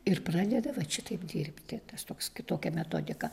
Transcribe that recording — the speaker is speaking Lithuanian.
ir pradeda vat šitaip dirbti tas toks kitokia metodika